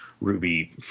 Ruby